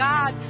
God